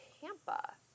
Tampa